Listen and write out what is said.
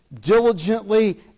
diligently